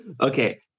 Okay